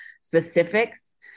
specifics